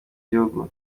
gihugu